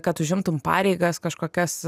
kad užimtum pareigas kažkokias